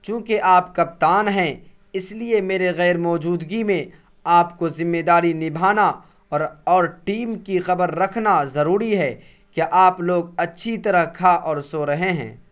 چونکہ آپ کپتان ہیں اس لیے میرے غیر موجودگی میں آپ کو ذمہ داری نبھانا اور اور ٹیم کی خبر رکھنا ضروری ہے کیا آپ لوگ اچھی طرح کھا اور سو رہے ہیں